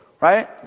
right